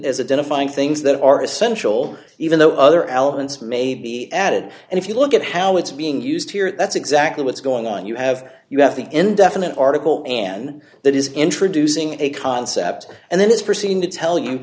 as a defining things that are essential even though other elements may be added and if you look at how it's being used here that's exactly what's going on you have you have the indefinite article and that is introducing a concept and then it's proceeding to tell you